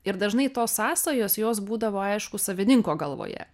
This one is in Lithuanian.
ir dažnai tos sąsajos jos būdavo aišku savininko galvoje